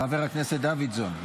חבר הכנסת דוידסון,